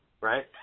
right